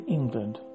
England